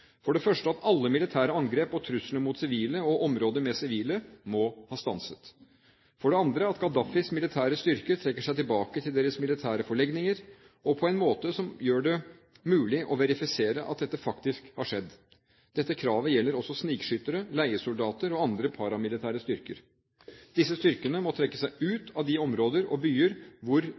for det første at alle militære angrep og trusler mot sivile og områder med sivile må ha stanset, for det andre at Gaddafis militære styrker trekker seg tilbake til sine militære forlegninger, og på en måte som gjør det mulig å verifisere at dette faktisk har skjedd. Dette kravet gjelder også snikskyttere, leiesoldater og andre paramilitære styrker. Disse styrkene må trekke seg ut av de områder og byer hvor